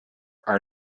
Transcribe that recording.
are